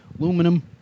Aluminum